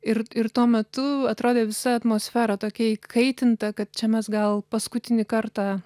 ir ir tuo metu atrodė visa atmosfera tokia įkaitinta kad čia mes gal paskutinį kartą